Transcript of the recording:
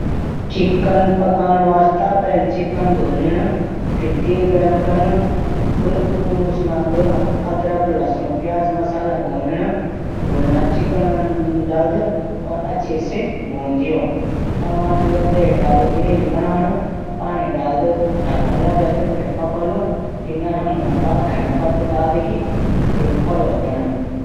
चिकन पकाण वास्ता पहले चिकन धो लियो। फिर तेल गरम करद, उसमें अदरक-लसुण, प्याज और मसाला भून लियो। भुल चिकन डालद और अच्छे भून दियो। टमाटर या दही डालके ग्रेवी बणाओ। पानी डालद, ढक्कण लगाके पकाओ। नरम होण पर धनिया पत्ती डालके परोस दियो।